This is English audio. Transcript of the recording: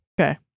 Okay